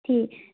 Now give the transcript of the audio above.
G